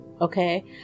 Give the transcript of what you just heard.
Okay